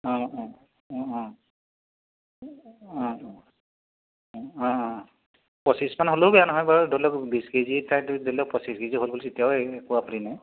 অঁ অঁ অঁ অঁ অ অঁ অঁ অঁ পঁচিছমান হ'লেও বেয়া নহয় বাৰু ধৰি লওক বিছ কেজি ঠাইত ধৰি লওক পঁচিছ কেজি হ'ল তেতিয়াও এই একো আপত্তি নাই